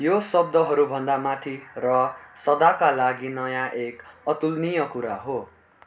यो शब्दहरूभन्दा माथि र सदाका लागि नयाँ एक अतुलनीय कुरा हो